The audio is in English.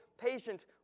patient